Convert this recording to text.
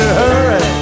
hurry